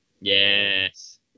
Yes